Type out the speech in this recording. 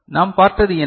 நாம் பார்த்தது என்ன